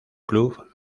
club